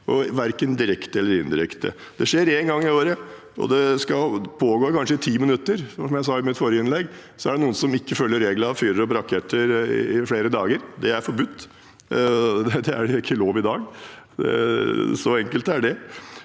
verken direkte eller indirekte. Det skjer én gang i året, og det skal pågå i kanskje 10 minutter. Som jeg sa i mitt forrige innlegg, er det noen som ikke følger regler og fyrer opp raketter i flere dager. Det er forbudt, det er ikke lov i dag. Så enkelt er det.